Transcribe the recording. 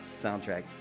soundtrack